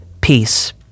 Peace